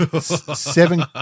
seven